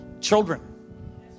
Children